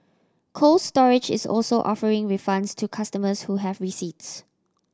Cold Storage is also offering refunds to customers who have receipts